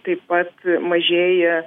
taip pat mažėja